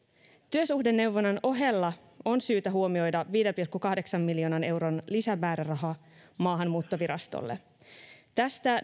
työsuhdeneuvonnan ohella on syytä huomioida viiden pilkku kahdeksan miljoonan euron lisämääräraha maahanmuuttovirastolle tästä